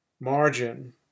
margin